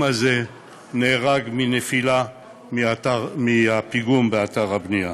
הזה נהרג מנפילה מהפיגום באתר הבנייה.